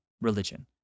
religion